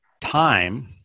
time